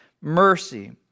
mercy